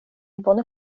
bone